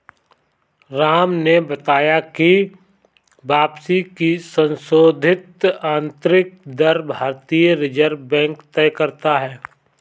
राम ने बताया की वापसी की संशोधित आंतरिक दर भारतीय रिजर्व बैंक तय करता है